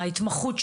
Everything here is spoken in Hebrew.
ההתמחות שלהם,